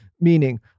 meaning